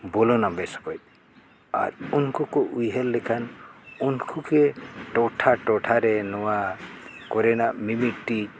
ᱵᱚᱞᱚᱱᱟ ᱵᱮᱥ ᱚᱠᱚᱡ ᱟᱨ ᱩᱱᱠᱩ ᱠᱚ ᱩᱭᱦᱟᱹᱨ ᱞᱮᱠᱷᱟᱱ ᱩᱱᱠᱩ ᱜᱮ ᱴᱚᱴᱷᱟ ᱴᱚᱴᱷᱟ ᱨᱮ ᱱᱚᱣᱟ ᱠᱚᱨᱮᱱᱟᱜ ᱢᱤᱼᱢᱤᱫᱴᱤᱡ